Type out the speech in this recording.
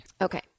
okay